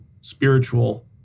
spiritual